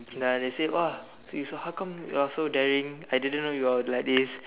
ah they say !wah! you so how come you are so daring I didn't know you are like this